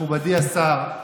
מכובדי השר,